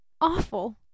awful